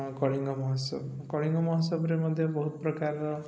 କଳିଙ୍ଗ ମହୋତ୍ସବ କଳିଙ୍ଗ ମହୋସବରେ ମଧ୍ୟ ବହୁତ ପ୍ରକାରର